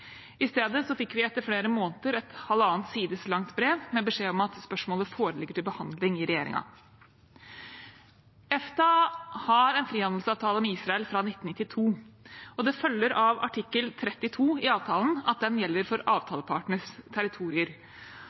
I stedet fikk vi etter flere måneder et halvannen side langt brev med beskjed om at spørsmålet foreligger til behandling i regjeringen. EFTA har en frihandelsavtale med Israel fra 1992, og det følger av artikkel 32 i avtalen at den gjelder for avtalepartenes territorier.